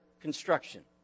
construction